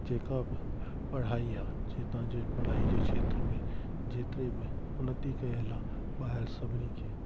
जेका बि पढ़ाई आहे जे तव्हांजे पढ़ाई जे खेत्र में जेतिरे बि उनती कयलु आहे ॿाहिरि सभिनी खे